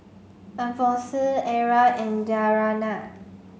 Alphonsine Ezra and Dariana